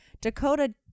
Dakota